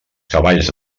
cavalls